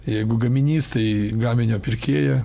jeigu gaminys tai gaminio pirkėją